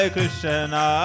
Krishna